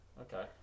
Okay